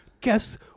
guess